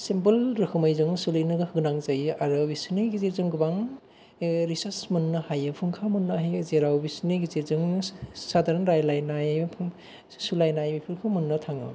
simple रोखोमै जों सालिनो गोनां जायो आरो बिसिनि गेजेरजों गोबां रिसार्च मोननो हायो फुंखा मोननो हायो जेराव बिसिनि गेजेरजोंनो साधारन रायलायनाय सोलायनाय बेफोरखौ मोननो थाङो